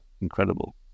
incredible